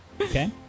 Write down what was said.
Okay